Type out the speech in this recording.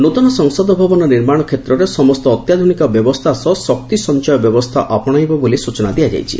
ନୂଆ ସଂସଦ ଭବନ ନିର୍ମାଣ କ୍ଷେତ୍ରରେ ସମସ୍ତ ଅତ୍ୟାଧୁନିକ ବ୍ୟବସ୍ଥା ସହ ଶକ୍ତି ସଞ୍ଚୟ ବ୍ୟବସ୍ଥା ଆପଶେଇବ ବୋଲି ସୂଚନା ଦିଆଯାଇଛି